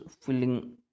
filling